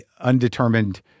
undetermined